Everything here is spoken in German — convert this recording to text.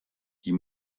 die